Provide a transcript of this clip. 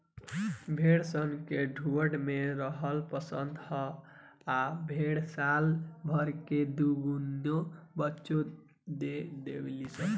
भेड़ सन के झुण्ड में रहल पसंद ह आ भेड़ साल भर में दु तीनगो बच्चा दे देली सन